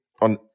on